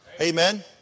Amen